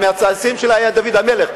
מהצאצאים שלה היה דוד המלך,